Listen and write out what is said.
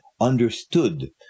understood